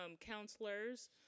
counselors